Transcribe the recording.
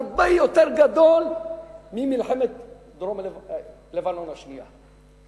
הרבה יותר גדול מאשר בזמן מלחמת לבנון השנייה.